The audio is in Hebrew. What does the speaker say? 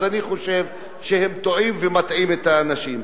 אז אני חושב שהם טועים ומטעים את האנשים.